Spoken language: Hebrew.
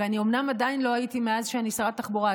ואומנם עדיין לא הייתי בגולן מאז שאני שרת התחבורה,